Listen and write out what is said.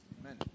Amen